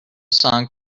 song